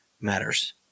matters